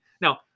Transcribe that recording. Now